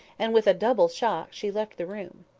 and with a double shock she left the room.